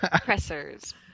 pressers